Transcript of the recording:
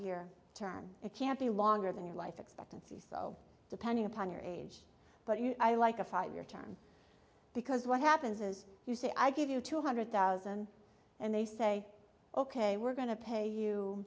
year term it can't be longer than your life expectancy so depending upon your age but i like a five year term because what happens is you say i give you two hundred thousand and they say ok we're going to pay